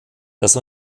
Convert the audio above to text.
das